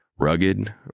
Rugged